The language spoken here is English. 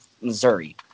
Missouri